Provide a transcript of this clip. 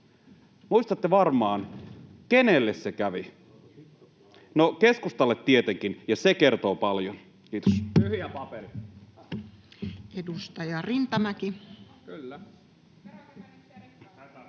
muistatte varmaan, kenelle se kävi. No, keskustalle tietenkin, ja se kertoo paljon.